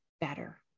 better